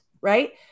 right